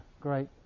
great